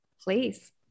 Please